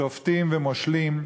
שופטים ומושלים,